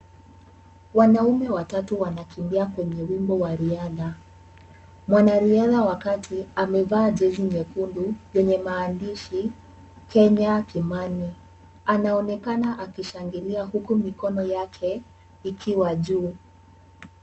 Wanaume watatu wanakimbia wimbo wa riadha. Mwanariadha wa kagi amevaa hezi nyekundu yebye maandishi Kenya Kimani. Anaonekana akishangilia huku mikono yake ikiwa juu.